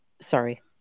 Sorry